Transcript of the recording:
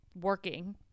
working